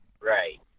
Right